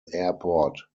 airport